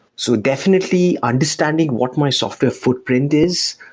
so definitely understanding what my software footprint is,